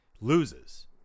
loses